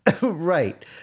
Right